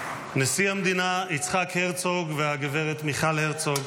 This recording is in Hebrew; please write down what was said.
נשיא המדינה יצחק הרצוג והגברת מיכל הרצוג,